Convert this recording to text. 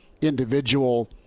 individual